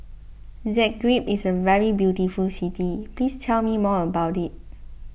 Zagreb is a very beautiful city please tell me more about it